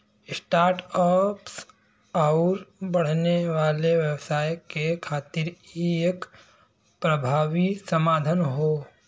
start ups आउर बढ़ने वाले व्यवसाय के खातिर इ एक प्रभावी समाधान हौ